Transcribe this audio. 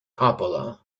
coppola